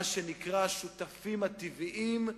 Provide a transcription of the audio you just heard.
מה שנקרא "שותפים טבעיים",